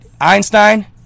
Einstein